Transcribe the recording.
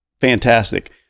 Fantastic